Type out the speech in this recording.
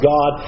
God